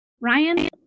Ryan